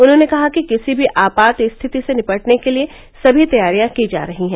उन्होंने कहा कि किसी भी आपात स्थिति से निपटने के लिए सभी तैयारियां की जा रही हैं